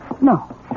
No